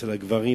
אצל הגברים,